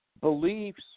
beliefs